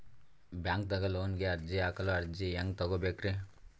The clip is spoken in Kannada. ಬ್ಯಾಂಕ್ದಾಗ ಲೋನ್ ಗೆ ಅರ್ಜಿ ಹಾಕಲು ಅರ್ಜಿ ಹೆಂಗ್ ತಗೊಬೇಕ್ರಿ?